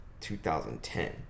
2010